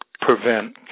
prevent